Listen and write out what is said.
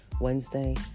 Wednesday